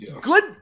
Good